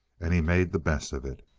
and he made the best of it.